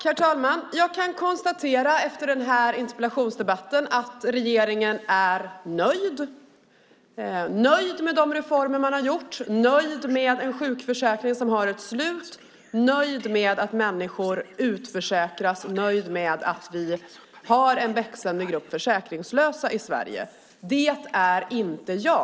Herr ålderspresident! Efter den här interpellationsdebatten kan jag konstatera att regeringen är nöjd med de reformer man gjort, nöjd med en sjukförsäkring som har ett slut, nöjd med att människor utförsäkras och nöjd med att vi har en växande grupp försäkringslösa i Sverige. Jag är inte nöjd.